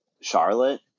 charlotte